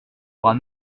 bras